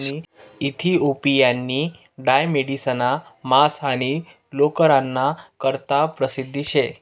इथिओपियानी डाय मेढिसना मांस आणि लोकरना करता परशिद्ध शे